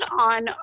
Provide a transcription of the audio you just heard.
on